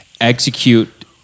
execute